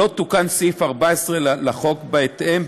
לא תוקן סעיף 14 לחוק בהתאם,